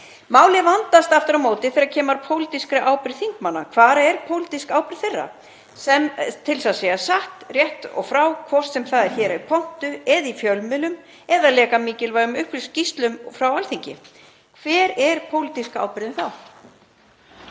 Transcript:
Málið vandast aftur á móti þegar kemur að pólitískri ábyrgð þingmanna. Hver er pólitísk ábyrgð þeirra á því að segja satt og rétt frá, hvort sem það er hér í pontu eða í fjölmiðlum eða leka mikilvægum skýrslum frá Alþingi? Hver er pólitíska ábyrgðin þá?